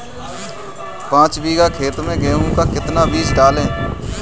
पाँच बीघा खेत में गेहूँ का कितना बीज डालें?